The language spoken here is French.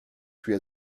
puis